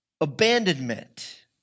abandonment